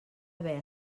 haver